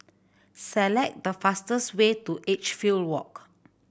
select the fastest way to Edgefield Walk